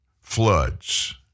floods